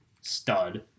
stud